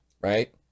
right